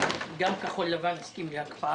האוצר, לבקש להתחיל דיון כדי לשנות את המצב.